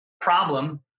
problem